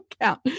account